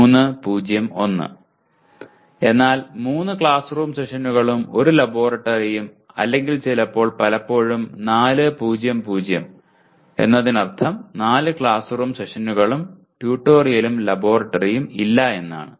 3 0 1 എന്നാൽ 3 ക്ലാസ്റൂം സെഷനുകളും 1 ലബോറട്ടറിയും അല്ലെങ്കിൽ ചിലപ്പോൾ പലപ്പോഴും 4 0 0 എന്നതിനർത്ഥം 4 ക്ലാസ് റൂം സെഷനുകളും ട്യൂട്ടോറിയലും ലബോറട്ടറിയും ഇല്ല എന്നാണ്